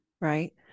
right